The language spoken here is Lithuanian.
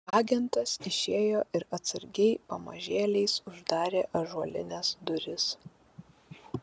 agentas išėjo ir atsargiai pamažėliais uždarė ąžuolines duris